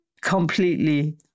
completely